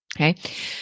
Okay